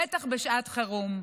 בטח בשעת חירום.